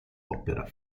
opera